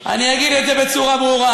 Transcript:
אגיד את זה בצורה ברורה: